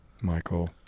Michael